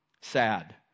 sad